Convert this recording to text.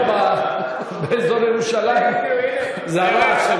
השרפה באזור ירושלים, זה הרעש שלה.